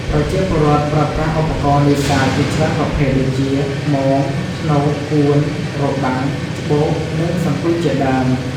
ប្រជាពលរដ្ឋប្រើប្រាស់ឧបករណ៍នេសាទជាច្រើនប្រភេទដូចជា មង ធ្នូក អួន របាំង ច្បូក និងសន្ទូចជាដើម។